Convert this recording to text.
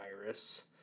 virus